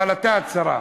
אבל אתה הצרה.